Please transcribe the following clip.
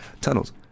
tunnels